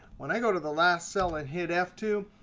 when i go to the last cell and hit f two,